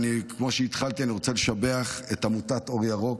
כמו שהתחלתי אני רוצה לשבח את עמותת אור ירוק,